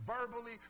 verbally